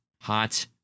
hot